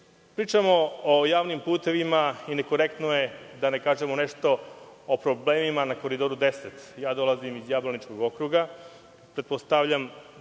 razini. Pričamo o javnim putevima i nekorektno je da ne kažemo nešto o problemima na Koridoru 10. Dolazim iz Jablaničkog okruga. Pretpostavljam da